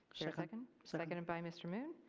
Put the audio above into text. like and seconded by mr. moon.